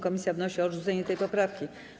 Komisja wnosi o odrzucenie tej poprawki.